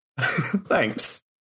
Thanks